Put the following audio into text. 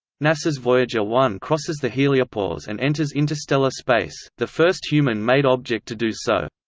nasa's voyager one crosses the heliopause and enters interstellar space, the first human-made object to do so.